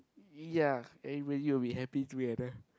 ya everybody will be happy together